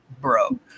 Bro